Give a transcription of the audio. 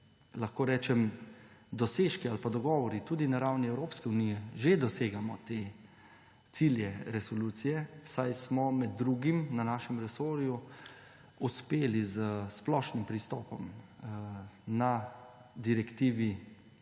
nekaterimi dosežki ali pa dogovori, tudi na ravni Evropske unije, že dosegamo te cilje resolucije, saj smo med drugim na našem resorju uspeli s splošnim pristopom na direktivi